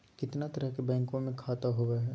कितना तरह के बैंकवा में खाता होव हई?